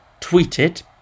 tweeted